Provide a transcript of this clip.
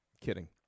Kidding